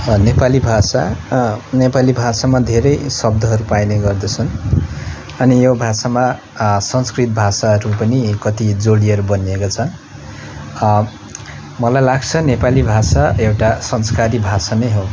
नेपाली भाषा नेपाली भाषामा धेरै शब्दहरू पाइने गर्दछन् अनि यो भाषामा संस्कृत भाषाहरू पनि कति जोडिएर बनिएका छन् मलाई लाग्छ नेपाली भाषा एउटा संस्कारी भाषा नै हो